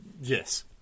Yes